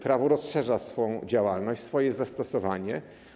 Prawo rozszerza swą działalność, swoje zastosowanie.